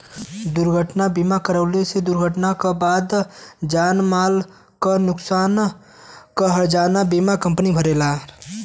दुर्घटना बीमा करवले से दुर्घटना क बाद क जान माल क नुकसान क हर्जाना बीमा कम्पनी भरेला